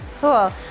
Cool